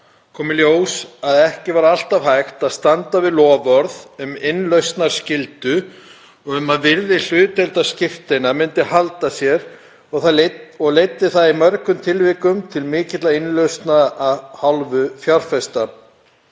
kom í ljós að ekki var alltaf hægt að standa við loforð um innlausnarskyldu og um að virði hlutdeildarskírteina myndi halda sér og leiddi það í mörgum tilvikum til mikilla innlausna af hálfu fjárfesta.